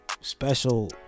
special